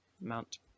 mount